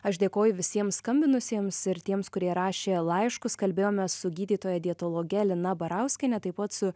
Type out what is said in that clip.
aš dėkoju visiems skambinusiems ir tiems kurie rašė laiškus kalbėjomės su gydytoja dietologe lina barauskiene taip pat su